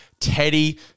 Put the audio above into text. Teddy